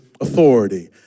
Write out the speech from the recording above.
authority